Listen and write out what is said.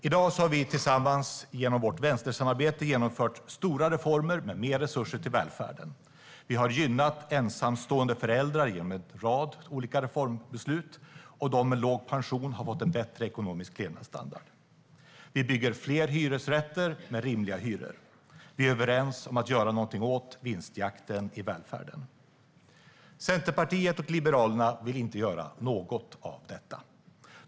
I dag har vi tillsammans, genom vårt vänstersamarbete, genomfört stora reformer med mer resurser till välfärden. Vi har gynnat ensamstående föräldrar genom en rad olika reformbeslut, och de med låg pension har fått en bättre ekonomisk levnadsstandard. Vi bygger fler hyresrätter med rimliga hyror. Vi är överens om att göra någonting åt vinstjakten i välfärden. Centerpartiet och Liberalerna vill inte göra något av detta.